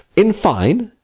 in fine,